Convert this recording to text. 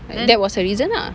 that was her reason ah